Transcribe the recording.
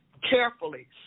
carefully